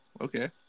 Okay